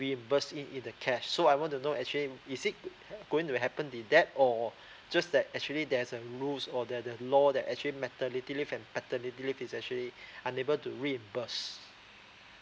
reimbursed in in the cash so I want to know actually is it going to be happen in that or just that actually there's a rules or that the law that actually maternity leave and paternity leave is actually unable to reimburse